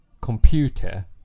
computer